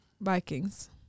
Vikings